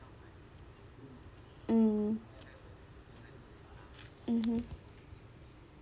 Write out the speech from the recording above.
mm mmhmm